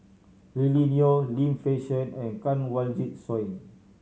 Lily Neo Lim Fei Shen and Kanwaljit Soin